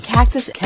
Cactus